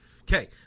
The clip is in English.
Okay